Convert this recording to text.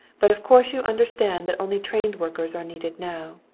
but of course you understand that only trained workers are needed now.